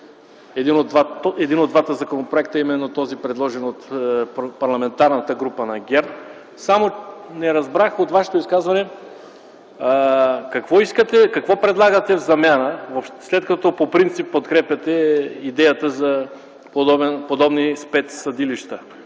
един от двата законопроекта, а именно този, предложен от Парламентарната група на ГЕРБ. Само не разбрах от Вашето изказване какво предлагате в замяна, след като по принцип подкрепяте идеята за подобни спецсъдилища.